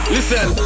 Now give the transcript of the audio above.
Listen